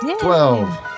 Twelve